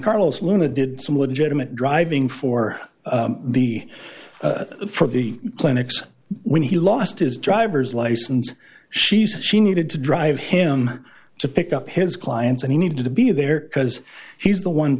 carlos luna did some legitimate driving for the for the clinics when he lost his driver's license she said she needed to drive him to pick up his clients and he needed to be there because he's the one